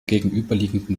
gegenüberliegenden